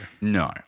No